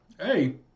Hey